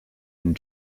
and